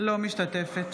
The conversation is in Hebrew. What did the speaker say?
אינה משתתפת